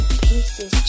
pieces